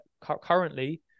currently